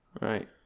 Right